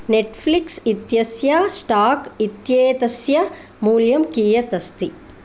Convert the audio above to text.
Netflix इत्यस्य stock इत्येतस्य मूल्यं कियत् अस्ति